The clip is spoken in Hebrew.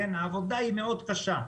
העבודה היא מאוד קשה.